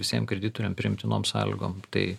visiem kreditoriam priimtinom sąlygom tai